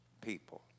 people